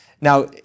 Now